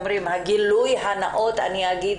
הגילוי הנאות אגיד